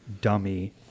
Dummy